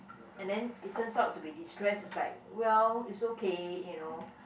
and then it turns out to be destress it's like well it's okay you know